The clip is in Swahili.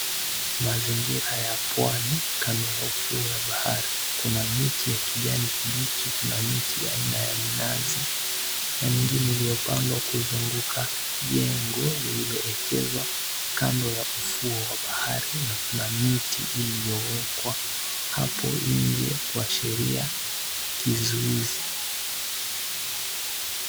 Mazingira ya pwani kando ya ufuo wa bahari kuna miti ya kijani kibichi, kuna miti aina ya minazi na mingine iliyopandwa kuzunguka jengo lililoekezwa kando ya ufuo wa bahari na kuna miti iliyowekwa hapo nje kuashiria kizuizi.